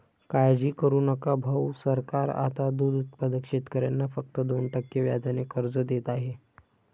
काळजी करू नका भाऊ, सरकार आता दूध उत्पादक शेतकऱ्यांना फक्त दोन टक्के व्याजाने कर्ज देत आहे